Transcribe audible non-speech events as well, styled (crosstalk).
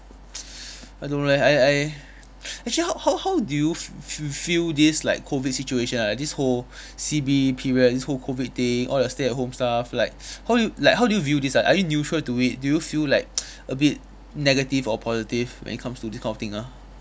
(noise) I don't know leh I I actually how how how do you f~ f~ feel this like COVID situation ah this whole C_B period this whole COVID thing all that stay at home stuff like how you like how do you view this are are you neutral to it do you feel like (noise) a bit negative or positive when it comes to this kind of thing ah